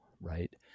right